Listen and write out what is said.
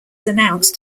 announced